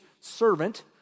servant